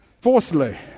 Fourthly